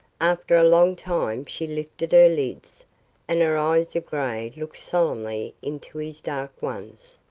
after a long time she lifted her lids and her eyes of gray looked solemnly into his dark ones.